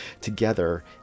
together